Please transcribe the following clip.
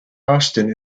austin